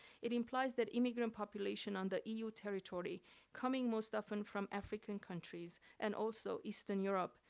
it implies that immigrant population on the eu territory coming most often from african countries and also eastern europe,